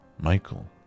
Michael